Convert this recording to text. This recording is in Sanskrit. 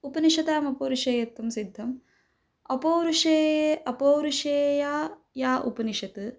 उपनिषदाम् अपौरुषेयत्वं सिद्धम् अपौरुषेया अपौरुषेया या उपनिषत्